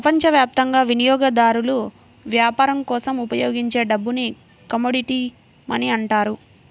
ప్రపంచవ్యాప్తంగా వినియోగదారులు వ్యాపారం కోసం ఉపయోగించే డబ్బుని కమోడిటీ మనీ అంటారు